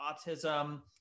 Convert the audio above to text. autism